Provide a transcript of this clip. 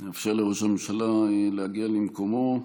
נאפשר לראש הממשלה להגיע למקומו,